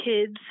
kids